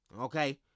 okay